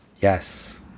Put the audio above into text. Yes